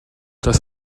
das